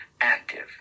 active